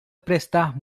prestar